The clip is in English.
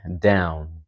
down